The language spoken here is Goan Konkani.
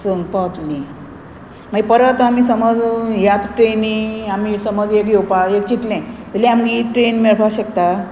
संक पावतलीं मागीर परत आमी समज ह्याच ट्रेनी आमी समज एक येवपा एक चितलें जाल्यार आमकां ही ट्रेन मेळपा शकता